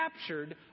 captured